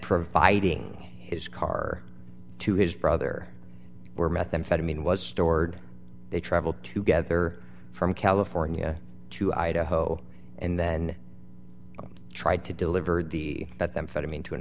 providing his car to his brother or methamphetamine was stored they traveled to gether from california to idaho and then tried to deliver the at them fed him into an